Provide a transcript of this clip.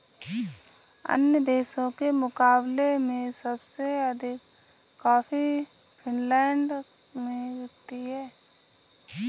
अन्य देशों के मुकाबले में सबसे अधिक कॉफी फिनलैंड में बिकती है